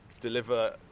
deliver